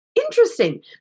interesting